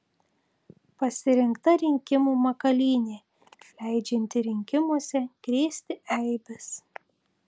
pasirinkta rinkimų makalynė leidžianti rinkimuose krėsti eibes